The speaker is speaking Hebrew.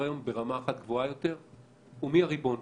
בסדר-היום ברמה אחת גבוהה יותר הוא מי הריבון,